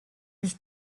his